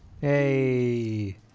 Hey